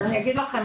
אני אגיד לכם,